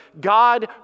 God